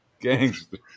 Gangster